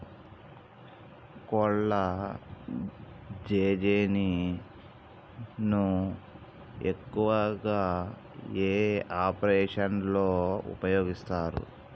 కొల్లాజెజేని ను ఎక్కువగా ఏ ఆపరేషన్లలో ఉపయోగిస్తారు?